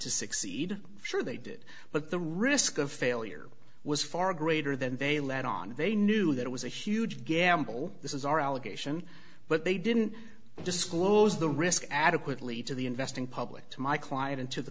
to succeed sure they did but the risk of failure was far greater than they let on they knew that it was a huge gamble this is our allegation but they didn't disclose the risk adequately to the investing public to my client into the